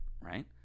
right